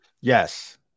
Yes